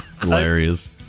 Hilarious